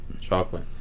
chocolate